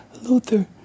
Luther